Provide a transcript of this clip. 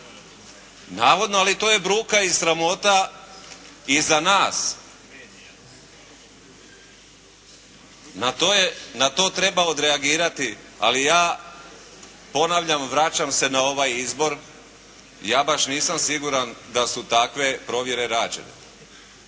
Navodno ali to je bruka i sramota i za nas. Na to treba odreagirati. Ali ja ponavljam, vraćam se na ovaj izbor. Ja baš nisam siguran da su takve provjere rađene.